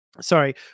sorry